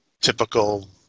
typical